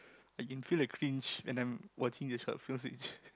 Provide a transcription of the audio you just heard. I can feel the cringe when I'm watching the short films which